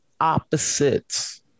opposites